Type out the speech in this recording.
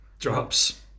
drops